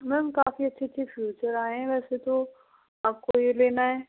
ma'am काफ़ी अच्छे अच्छे फ़ीचर आएं हैं वैसे तो आपको यह लेना है